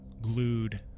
glued